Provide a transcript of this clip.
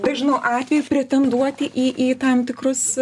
dažnu atveju pretenduoti į į tam tikrus